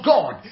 God